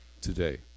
Today